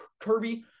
Kirby